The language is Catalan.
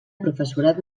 professorat